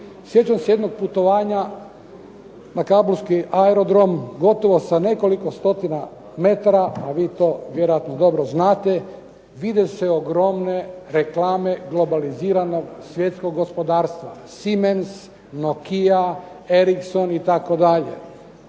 Sjećam se jednog putovanja na kabulski aerodrom. Gotovo sa nekoliko stotina metara, a vi to vjerojatno dobro znate, vide se ogromne reklame globaliziranog, svjetskog gospodarstva Siemens, Nokia, Ericsson itd.